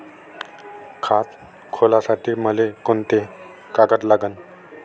खात खोलासाठी मले कोंते कागद लागन?